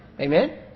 Amen